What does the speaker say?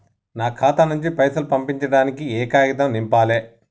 నా ఖాతా నుంచి పైసలు పంపించడానికి ఏ కాగితం నింపాలే?